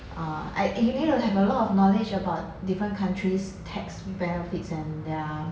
err I if you need to have a lot of knowledge about different countries tax benefits and their